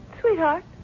Sweetheart